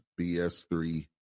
BS3